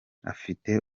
afite